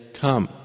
come